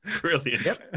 Brilliant